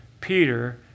Peter